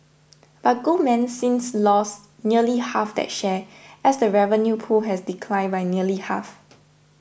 but Goldman since lost nearly half that share as the revenue pool has declined by nearly half